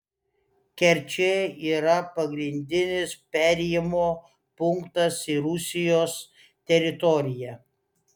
kerčė yra pagrindinis perėjimo punktas į rusijos teritoriją